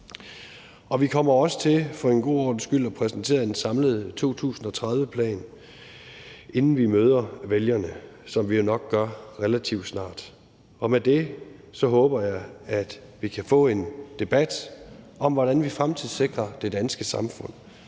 en god ordens skyld, at præsentere en samlet 2030-plan, inden vi møder vælgerne, som vi jo nok gør relativt snart. Og med det håber jeg, at vi kan få en debat om, hvordan vi fremtidssikrer det danske samfund,